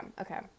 Okay